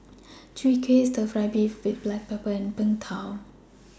Chwee Kueh Stir Fried Beef with Black Pepper and Png Tao